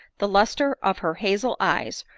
the lustre of her hazel eyes,